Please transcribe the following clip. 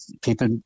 people